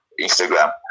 Instagram